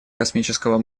космического